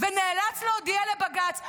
ונאלץ להודיע לבג"ץ: